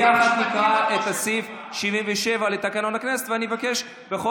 לקרוא ביחד את סעיף 77 לתקנון הכנסת ואני אבקש בכל